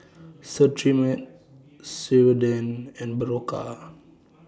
Cetrimide Ceradan and Berocca